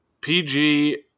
PG